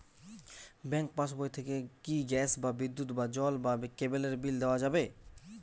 Bank পাশবই থেকে কি গ্যাস বা বিদ্যুৎ বা জল বা কেবেলর বিল দেওয়া যাবে?